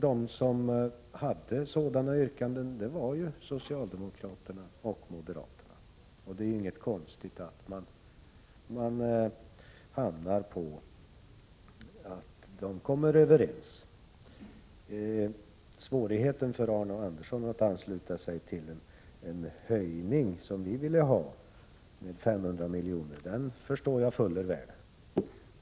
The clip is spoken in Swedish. De som hade sådana yrkanden var socialdemokraterna och moderaterna. Det är inget konstigt i att de handlar på ett sådant sätt att de kommer överens. Svårigheten för Arne Andersson att ansluta sig till en höjning med 500 miljoner, som vi ville ha, förstår jag fuller väl.